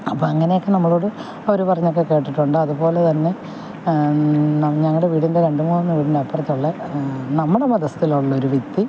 അപ്പോൾ അങ്ങനെയൊക്കെ നമ്മളോട് അവർ പറഞ്ഞതൊക്കെ കേട്ടിട്ടുണ്ട് അതുപോലെ തന്നെ ഞങ്ങളുടെ വീടിൻ്റെ രണ്ടുമൂന്ന് വീടിന് അപ്പുറത്തുള്ള നമ്മുടെ മതത്തിലുള്ളൊരു വ്യക്തി